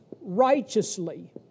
righteously